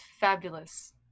fabulous